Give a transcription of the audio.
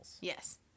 Yes